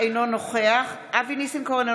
אינו נוכח אבי ניסנקורן,